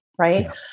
right